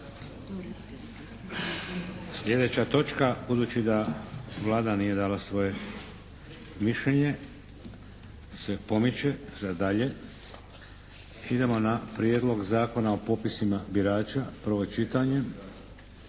Sljedeća točka budući da Vlada nije dala svoje mišljenje se pomiče za dalje. Idemo na - Prijedlog zakona o popisima birača – Predlagatelj